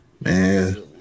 Man